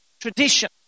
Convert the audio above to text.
tradition